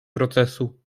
procesu